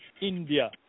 India